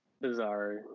bizarre